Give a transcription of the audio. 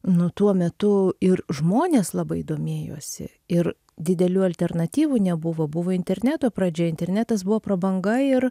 nu tuo metu ir žmonės labai domėjosi ir didelių alternatyvų nebuvo buvo interneto pradžia internetas buvo prabanga ir